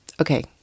okay